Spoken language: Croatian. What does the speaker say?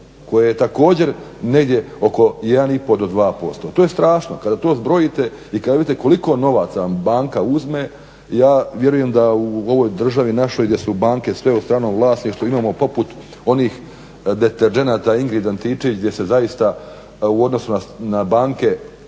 koje je također negdje oko 1,5 do 2%. To je strašno, kada to zbrojite i kada dobijete koliko novaca banka uzme, ja vjerujem da u ovoj državni našoj, da su banke sve u stranom vlasništvu, imamo poput onih …, Ingrid Antičević gdje se zaista u odnosu na banke